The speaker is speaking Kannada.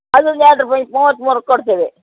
ಅದೊಂದು ಎರಡು ರೂಪಾಯಿ ಮೂವತ್ಮೂರಕ್ಕೆ ಕೊಡ್ತೇವೆ